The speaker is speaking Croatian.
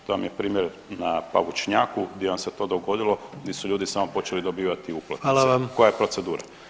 To vam je primjer na Pavučnjaku gdje vam se to dogodilo gdje su ljudi samo počeli dobivati uplatnice [[Upadica: Hvala vam.]] koja je procedura.